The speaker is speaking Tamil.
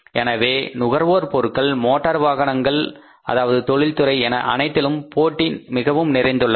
எனவே நுகர்வோர் பொருட்கள் மோட்டார் வாகனங்கள் அதாவது தொழில்துறை என அனைத்திலும் போட்டி மிகவும் நிறைந்துள்ளது